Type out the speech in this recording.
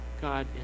God